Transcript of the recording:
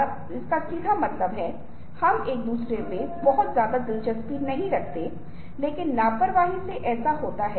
फिर हम जिस व्यापकता के साथ जुड़े हुए हैं उसकी व्यापक मात्रा है और फिल्म समीक्षकों से लेकर समाजशास्त्रियों तक जो उभरता है वह एक विसुअल कल्चर है